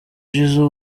jizzo